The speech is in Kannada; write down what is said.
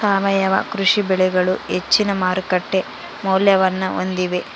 ಸಾವಯವ ಕೃಷಿ ಬೆಳೆಗಳು ಹೆಚ್ಚಿನ ಮಾರುಕಟ್ಟೆ ಮೌಲ್ಯವನ್ನ ಹೊಂದಿವೆ